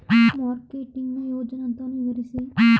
Marketing ನ ಯೋಜನಾ ಹಂತವನ್ನು ವಿವರಿಸಿ?